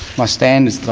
my stand is